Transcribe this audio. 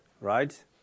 right